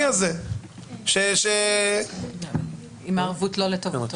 ואם הערבות היא לא לטובתו?